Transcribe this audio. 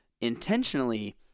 intentionally